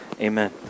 Amen